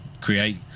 create